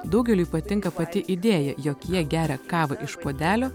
daugeliui patinka pati idėja jog jie geria kavą iš puodelio